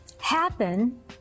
happen